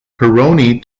pironi